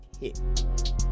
hit